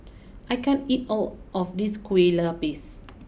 I can't eat all of this Kue Lupis